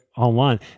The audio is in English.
Online